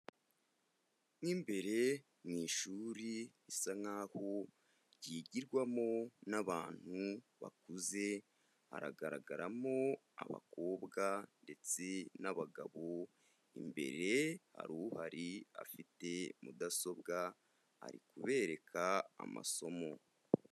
Mo imbere mu ishuri risa nkaho ryigirwamo n'abantu bakuze, haragaragaramo abakobwa ndetse n'abagabo, imbere hari uhari afite mudasobwa, ari kubereka amasomo.